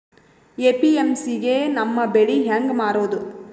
APMC ಗೆ ನಮ್ಮ ಬೆಳಿ ಹೆಂಗ ಮಾರೊದ?